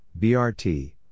BRT